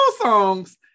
songs